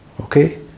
okay